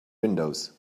windows